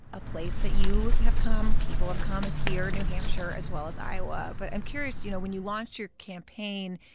a place that you have come, people have come, is here new hampshire, as well as iowa. but i'm curious, you know, when you launched your campaign,